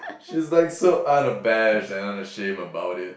she's like so unabashed and unashamed about it